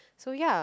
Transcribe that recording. so ya